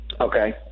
Okay